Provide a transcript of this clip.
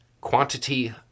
quantity